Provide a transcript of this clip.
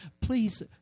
Please